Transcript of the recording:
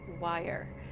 wire